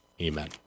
Amen